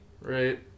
right